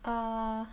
err